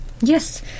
yes